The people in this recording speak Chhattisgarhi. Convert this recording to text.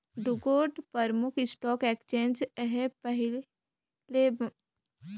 दुगोट परमुख स्टॉक एक्सचेंज अहे पहिल बॉम्बे स्टाक एक्सचेंज अउ दूसर नेसनल स्टॉक एक्सचेंज